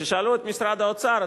כששאלו את משרד האוצר,